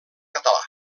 català